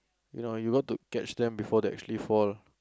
you know you got to catch them before they actually fall